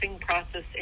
process